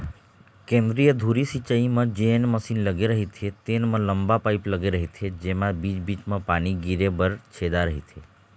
केंद्रीय धुरी सिंचई म जेन मसीन लगे रहिथे तेन म लंबा पाईप लगे रहिथे जेमा बीच बीच म पानी गिरे बर छेदा रहिथे